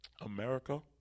America